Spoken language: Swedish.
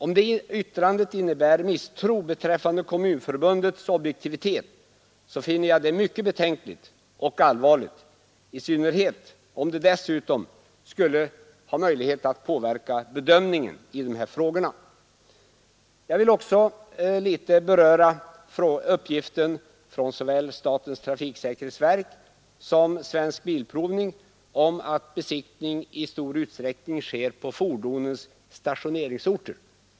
Om det yttrandet innebär misstro beträffande Kommunförbundets objektivitet, finner jag det mycket betänkligt och allvarligt, i synnerhet om det dessutom påverkat bedömningen i dessa frågor. Jag vill också något beröra uppgiften från såväl statens trafiksäkerhetsverk som Svensk bilprovning om att besiktning i stor utsträckning sker på fordonens stationeringsorter.